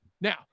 now